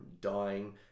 dying